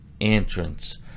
entrance